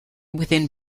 within